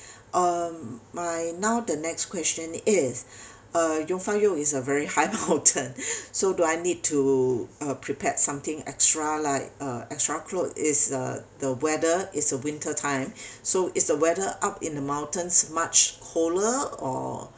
um my now the next question is uh jungfraujoch is a very high mountain so do I need to uh prepared something extra like a extra clothes is uh the weather is a winter time so is the weather up in the mountains much colder or